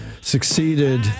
succeeded